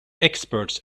experts